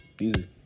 easy